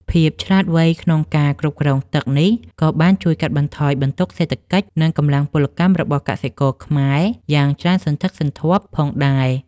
ភាពឆ្លាតវៃក្នុងការគ្រប់គ្រងទឹកនេះ ក៏បានជួយកាត់បន្ថយបន្ទុកសេដ្ឋកិច្ច និងកម្លាំងពលកម្មរបស់កសិករខ្មែរយ៉ាងច្រើនសន្ធឹកសន្ធាប់ផងដែរ។